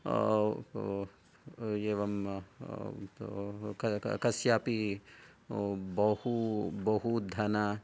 एवं कस्यापि बहु बहुधन